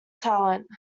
talent